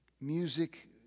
music